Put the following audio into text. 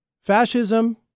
Fascism